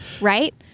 right